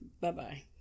Bye-bye